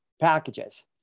packages